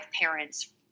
parents